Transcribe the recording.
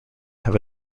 have